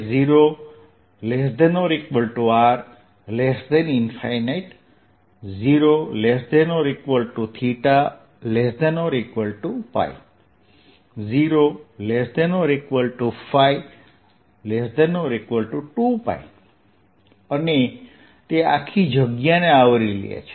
0r 0ㅠ 0ϕ2ㅠ અને તે આખી જગ્યાને આવરી લે છે